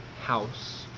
house